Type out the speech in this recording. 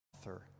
author